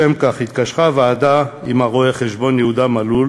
לשם כך התקשרה הוועדה עם רואה-חשבון יהודה מלול,